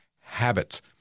habits